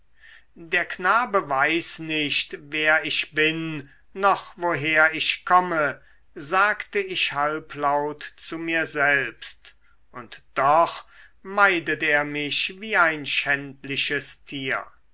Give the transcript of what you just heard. der knabe weiß nicht wer ich bin noch woher ich komme sagte ich halblaut zu mir selbst und doch meidet er mich wie ein schändliches tier